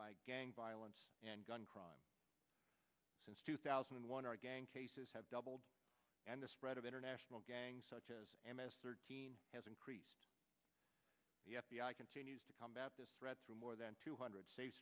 by gang violence and gun crime since two thousand and one our gang cases have doubled and the spread of international gangs such as m s thirteen has increased the f b i continues to combat this threat for more than two hundred